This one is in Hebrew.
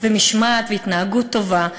משמעת והתנהגות טובה,